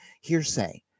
hearsay